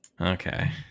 Okay